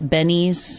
Benny's